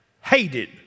hated